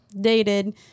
dated